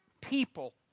people